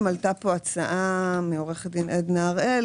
ארבע לא אומר בהכרח שזה נותן את הייצוג ההולם,